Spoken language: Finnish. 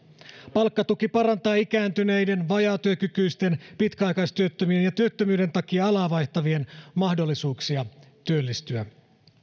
palkkatuki parantaa ikääntyneiden vajaatyökykyisten pitkäaikaistyöttömien ja työttömyyden takia alaa vaihtavien mahdollisuuksia työllistyä